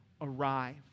arrive